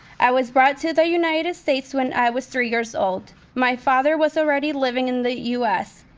i was brought to the united states when i was three years old. my father was already living in the u s.